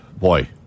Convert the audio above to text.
boy